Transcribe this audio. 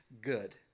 good